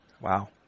Wow